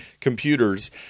computers